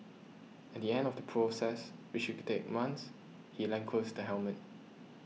at the end of the process which should could take months he lacquers the helmet